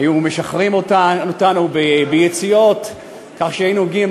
היו משחררים אותנו ביציאות והיינו מגיעים